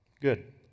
good